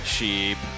Sheep